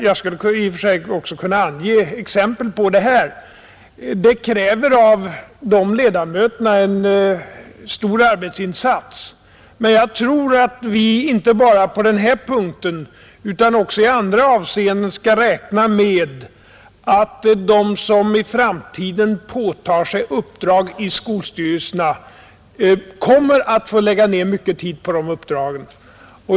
Jag skulle här också kunna ge exempel på det. Men i de skolstyrelserna krävs det av ledamöterna en mycket stor arbetsinsats, och jag tror att vi inte bara i detta utan även i andra avseenden måste räkna med att de som i framtiden åtar sig uppdrag i skolstyrelserna kommer att få lägga ned mycken tid på det arbetet.